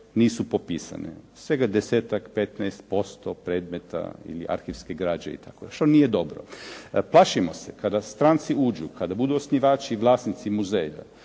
nisu popisane. Svega desetak, petnaest posto predmeta ili arhivske građe itd. što nije dobro. Plašimo se kada stranci uđu, kada budu osnivači i vlasnici muzeja